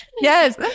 Yes